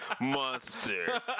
Monster